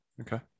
Okay